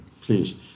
please